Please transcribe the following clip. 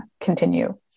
continue